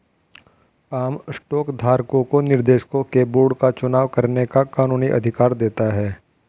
आम स्टॉक धारकों को निर्देशकों के बोर्ड का चुनाव करने का कानूनी अधिकार देता है